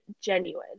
genuine